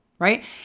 Right